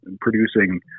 producing